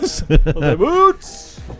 boots